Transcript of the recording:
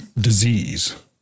disease